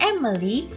Emily